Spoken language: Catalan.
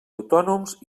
autònoms